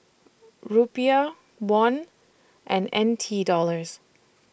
Rupiah Won and N T Dollars